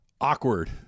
awkward